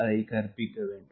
அதை கற்பிக்க வேண்டும்